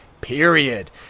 period